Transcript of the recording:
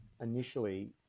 initially